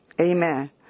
Amen